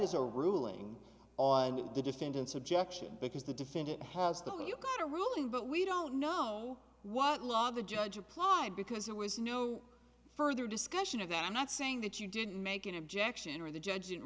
is a ruling on the defendant's objection because the defendant has the you got a ruling but we don't know what law the judge applied because there was no further discussion of that i'm not saying that you didn't make an objection or the judge